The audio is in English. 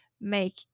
make